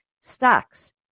stocks